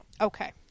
Okay